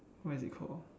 what is it called